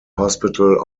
hospital